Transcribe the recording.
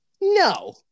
No